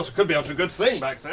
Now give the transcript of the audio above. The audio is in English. could be onto a good thing back there.